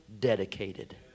dedicated